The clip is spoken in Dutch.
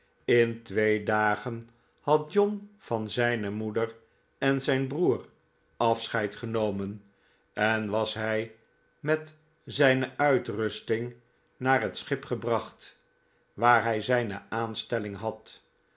in twee dagen had john van zfc'ne moeder en zijn broeder afscheid genomen en was hij met zijne uitrusting naar het schip gebracht waar hij zijne aanstelling had